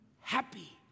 happy